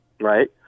Right